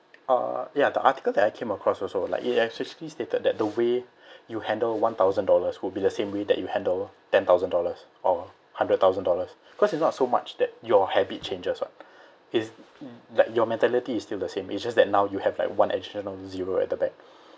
uh ya the article that I came across also like it has actually stated that the way you handle one thousand dollars will be the same way that you handle ten thousand dollars or hundred thousand dollars cause it's not so much that your habit changes what is like your mentality is still the same it's just that now you have like one additional zero at the back